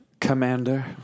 Commander